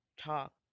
talk